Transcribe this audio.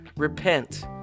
Repent